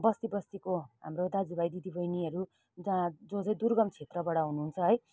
बस्ती बस्तीको हाम्रो दाजु भाइ दिदी बहिनीहरू जहाँ जो चाहिँ दुर्गम क्षेत्रबाट हुनुन्छ है